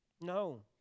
No